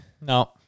No